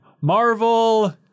Marvel